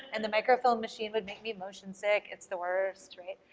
and the microfilm machine would make me motion sick, it's the worst, right.